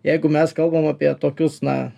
jeigu mes kalbam apie tokius na